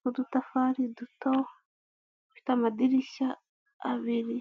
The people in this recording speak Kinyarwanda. n'udutafari duto ifite amadirishya abiri.